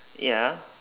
ya